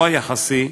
וזהו,